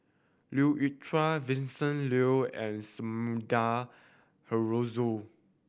Leu Yew Chye Vincent Leow and Sumida Haruzo